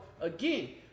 again